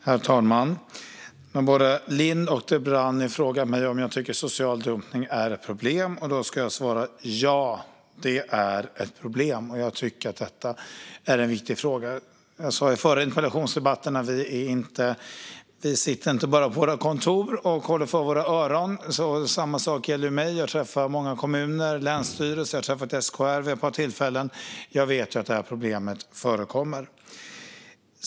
Herr talman! Både Lindh och Dibrani har frågat mig om jag tycker att social dumpning är ett problem. Jag svarar: Ja, det är det. Jag tycker att detta är en viktig fråga. I förra interpellationsdebatten sa jag att vi inte bara sitter på våra kontor och håller för öronen. Jag träffar många kommuner och länsstyrelser, och jag har träffat SKR vid ett par tillfällen. Jag vet att det här problemet förekommer.